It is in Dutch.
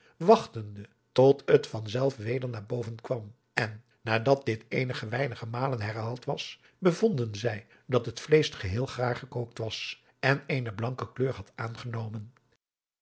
wachtende tot het van zelf weder naar boven kwam en nadat dit eenige weinige malen herhaald was bevonden zij dat het vleesch geheel gaar gekookt was en eene blanke kleur had aangenomen